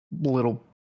little